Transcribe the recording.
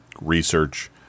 research